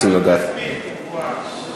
יש עלות כספית גבוהה מאוד.